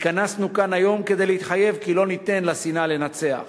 התכנסנו כאן היום כדי להתחייב כי לא ניתן לשנאה לנצח